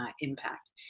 impact